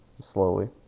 slowly